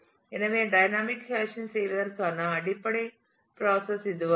எனவே dynamic hashing செய்வதற்கான அடிப்படை ப்ராசஸ் இதுவாகும்